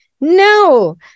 No